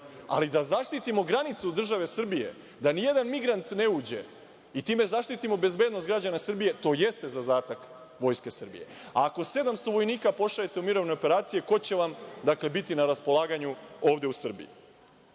ali da zaštitimo granicu države Srbije da nijedan migrant ne uđe i time zaštitimo bezbednost građana Srbije to jeste zadatak Vojske Srbije. Ako 700 vojnika pošaljete u mirovne operacije, ko će vam biti na raspolaganju ovde u Srbiji? Da